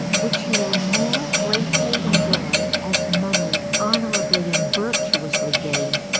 which he will more greatly enjoy, as money honourably and virtuously gained,